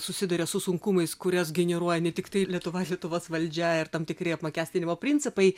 susiduria su sunkumais kurias generuoja ne tiktai lietuva lietuvos valdžia ir tam tikri apmokestinimo principai